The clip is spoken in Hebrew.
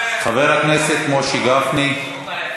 חבר הכנסת משה גפני.